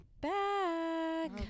back